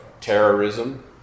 terrorism